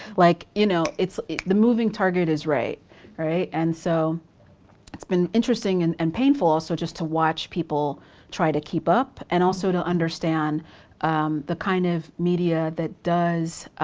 like you know, it's the moving target is right, all right. and so it's been interesting and and painful also, just to watch people try to keep up and also to understand the kind of media that does